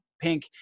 pink